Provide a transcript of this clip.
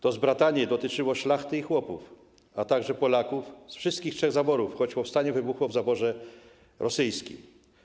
To zbratanie dotyczyło szlachty i chłopów, a także Polaków z wszystkich trzech zaborów, choć powstanie wybuchło w zaborze rosyjskim.